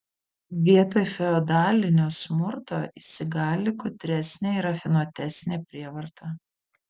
vietoj feodalinio smurto įsigali gudresnė ir rafinuotesnė prievarta